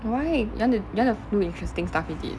why you want to you want to do interesting stuff is it